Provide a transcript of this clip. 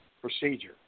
procedure